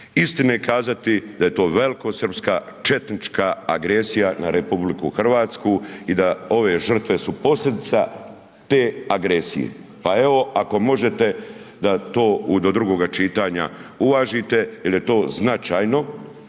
istine kazati da je to velikosrpska, četnička agresija na RH i da ove žrtve su posljedica te agresije. Pa evo ako možete da to do drugoga čitanja uvažite, jer je to značajno.